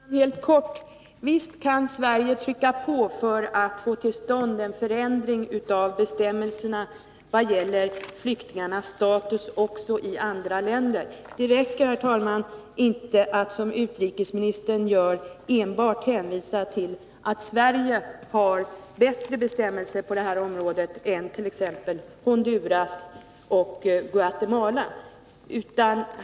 Herr talman! Helt kort: Visst kan Sverige trycka på för att få till stånd en förändring av bestämmelserna om flyktingarnas status också i andra länder. Det räcker inte att, som utrikesministern gör, enbart hänvisa till att Sverige har bättre bestämmelser på det här området än t.ex. Honduras och Guatemala.